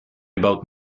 about